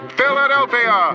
Philadelphia